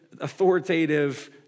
authoritative